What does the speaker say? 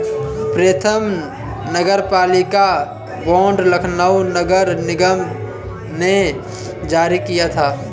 प्रथम नगरपालिका बॉन्ड लखनऊ नगर निगम ने जारी किया था